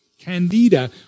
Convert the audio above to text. candida